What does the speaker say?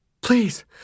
Please